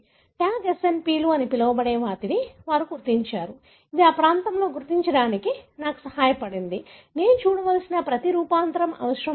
tag SNP లు అని పిలవబడే వాటిని వారు గుర్తించారు ఇది ఈ ప్రాంతాన్ని గుర్తించడంలో నాకు సహాయపడింది నేను చూడవలసిన ప్రతి రూపాంతరం అవసరం లేదు